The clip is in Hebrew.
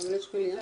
מה עשיתם?